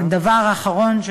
דבר אחרון,